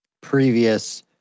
previous